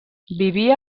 vivia